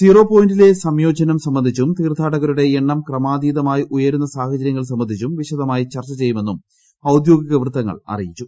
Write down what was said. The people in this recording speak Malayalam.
സീറോ പോയിന്റിലെ സംയോജനം സംബന്ധിച്ചും തീർത്ഥാടകരുടെ എണ്ണം ക്രമാതീതമായി ഉയരുന്ന സാഹചര്യങ്ങൾ സംബന്ധിച്ചും വിശദമായി ചർച്ച ചെയ്യുമെന്നും ഔദ്യോഗിക വൃത്തങ്ങൾ അറിയിച്ചു